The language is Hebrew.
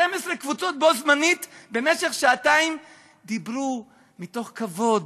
12 קבוצות בו-זמנית במשך שעתיים דיברו מתוך כבוד,